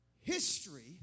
history